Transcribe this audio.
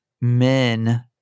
men